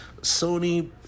Sony